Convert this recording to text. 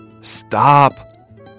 Stop